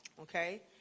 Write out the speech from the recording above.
okay